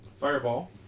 Fireball